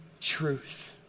truth